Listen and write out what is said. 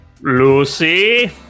Lucy